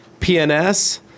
PNS